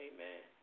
Amen